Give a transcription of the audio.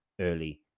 early